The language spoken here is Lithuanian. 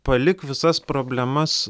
palik visas problemas